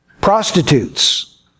Prostitutes